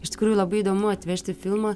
iš tikrųjų labai įdomu atvežti filmą